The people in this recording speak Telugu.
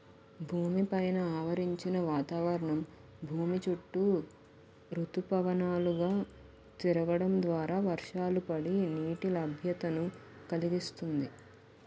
భూమి పైన ఆవరించిన వాతావరణం భూమి చుట్టూ ఋతుపవనాలు గా తిరగడం ద్వారా వర్షాలు పడి, నీటి లభ్యతను కలిగిస్తుంది